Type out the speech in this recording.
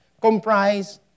comprise